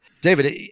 David